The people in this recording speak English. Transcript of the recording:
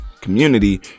community